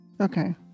Okay